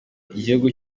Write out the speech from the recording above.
igihugu